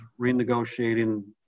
renegotiating